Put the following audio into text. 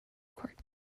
court